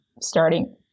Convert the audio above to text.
starting